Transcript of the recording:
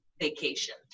vacation